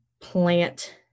plant